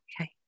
Okay